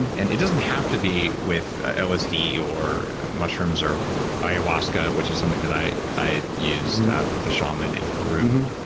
and it doesn't have to be with lsd or mushrooms or ayahuasca, which is something that i i used with a shaman in peru.